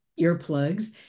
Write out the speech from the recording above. earplugs